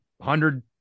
hundred